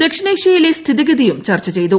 ദക്ഷിണേഷ്യയിലെ സ്ഥിതിഗതിയും ചർച്ച ചെയ്തു